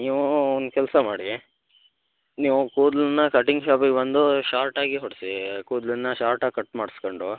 ನೀವು ಒಂದು ಕೆಲಸ ಮಾಡಿ ನೀವು ಕೂದ್ಲನ್ನು ಕಟಿಂಗ್ ಶಾಪಿಗೆ ಬಂದು ಶಾರ್ಟಾಗಿ ಹೊಡಿಸಿ ಕೂದ್ಲನ್ನು ಶಾರ್ಟಾಗಿ ಕಟ್ ಮಾಡ್ಸ್ಕೊಂಡು